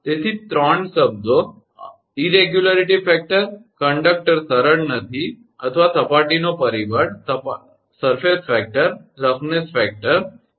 તેથી ત્રણ શબ્દો ત્યાં છે અનિયમિતતા પરિબળ છે કંડક્ટર સરળ નથી અથવા સપાટીનો પરિબળ અથવા રફનેસ ફેક્ટર છે ખરું